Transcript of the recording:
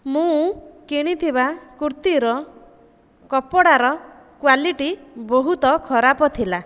ମୁଁ କିଣିଥିବା କୁର୍ତ୍ତୀର କପଡ଼ାର କ୍ଵାଲିଟି ବହୁତ ଖରାପ ଥିଲା